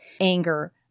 anger